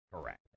correct